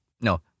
No